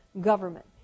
government